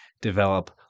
develop